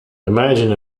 imagine